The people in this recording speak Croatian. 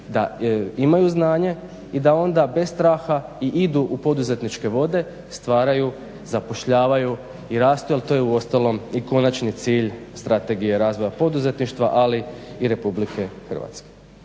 da imaju znanje i da onda bez straha i idu u poduzetničke vode, stvaraju, zapošljavaju i rastu jer to je uostalom i konačni cilj Strategije razvoja poduzetništva ali i Republike Hrvatske.